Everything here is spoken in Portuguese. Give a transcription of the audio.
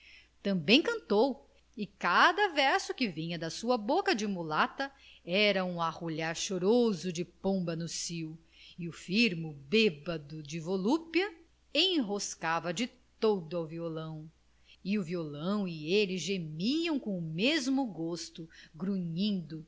também cantou e cada verso que vinha da sua boca de mulata era um arrulhar choroso de pomba no cio e o firmo bêbedo de volúpia enroscava se todo ao violão e o violão e ele gemiam com o mesmo gosto grunhindo